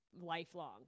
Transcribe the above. lifelong